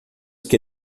que